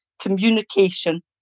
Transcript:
communication